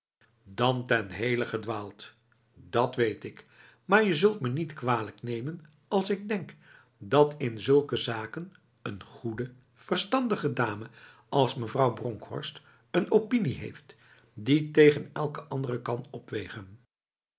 dan ten hele gedwaald dat weet ik maar je zult me niet kwalijk nemen als ik denk dat in zulke zaken zo'n goede verstandige dame als mevrouw bronkhorst een opinie heeft die tegen elke andere kan opwegenf